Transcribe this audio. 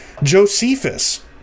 Josephus